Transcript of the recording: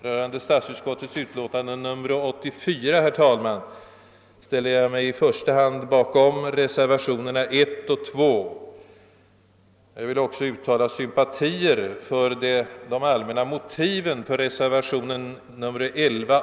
Rörande statsutskottets utlåtande nr 84, herr talman, ställer jag mig i första hand bakom reservationerna 1 och 2 och yrkar bifall till dessa. Jag vill också uttala sympatier för de allmänna motiven i reservationen 11 a.